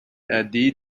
radiyo